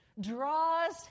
draws